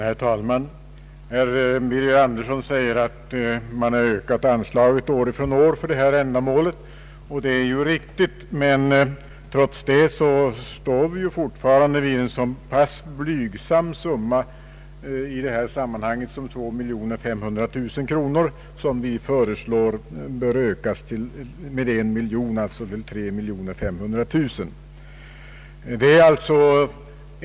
Herr talman! Herr Birger Andersson säger att man ökat anslagen för detta ändamål år från år. Detta är riktigt, men trots det står vi fortfarande vid en så pass blygsam summa i det här sammanhanget som 2,5 miljoner kronor, vilken vi föreslår skall ökas med en miljon — alltså till 3,5 miljoner kronor.